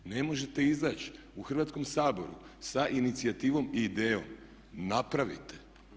Ne možete izaći u Hrvatskome saboru sa inicijativom i idejom, napravite.